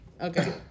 okay